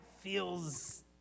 feels